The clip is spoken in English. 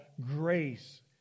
grace